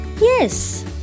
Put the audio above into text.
Yes